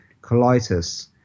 colitis